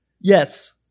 Yes